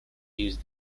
use